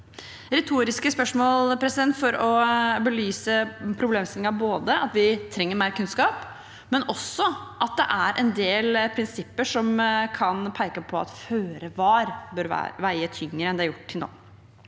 retoriske spørsmål for å belyse problemstillingen: Vi trenger mer kunnskap, og det er en del prinsipper som kan peke på at føre var bør veie tyngre enn det har gjort til nå.